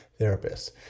therapists